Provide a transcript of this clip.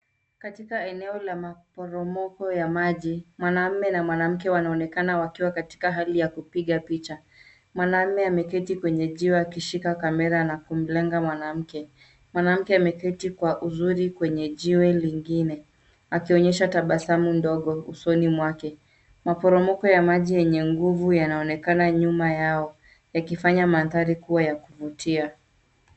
Katika eneo la maporomoko ya maji, mwanamume na mwanamke wanaonekana wakiwa katika hali ya kupiga picha. Mwanamume ameketi kwenye jiwe akishika kamera na kumlenga mwanamke. Mwanamke ameketi kwa uzuri kwenye jiwe lingine. Akionyesha tabasamu ndogo usoni mwake. Maporomoko ya maji yenye nguvu yanaonekana nyuma yao, yakifanya mandhari kuwa ya kuvutia.